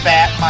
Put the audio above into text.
Fat